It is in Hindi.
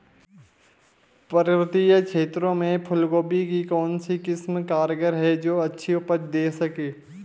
पर्वतीय क्षेत्रों में फूल गोभी की कौन सी किस्म कारगर है जो अच्छी उपज दें सके?